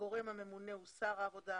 הגורם הממונה הוא שר העבודה,